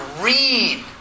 read